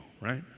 right